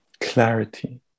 clarity